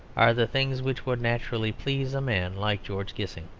are the things which would naturally please a man like george gissing.